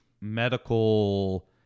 medical